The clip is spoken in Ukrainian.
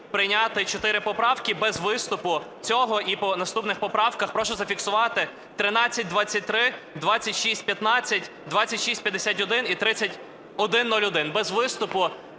прийняти чотири поправки без виступу цього. І по наступних поправках, прошу зафіксувати: 1323, 2615, 2651 і 3101 без виступу.